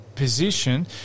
position